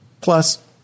Plus